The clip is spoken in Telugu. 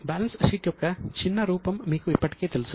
బ్యాలెన్స్ షీట్ యొక్క చిన్న రూపం మీకు ఇప్పటికే తెలుసు